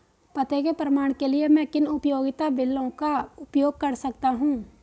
पते के प्रमाण के लिए मैं किन उपयोगिता बिलों का उपयोग कर सकता हूँ?